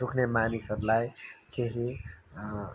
दुख्ने मानिसहरूलाई केही